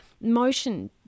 motion